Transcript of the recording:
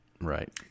Right